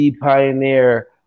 pioneer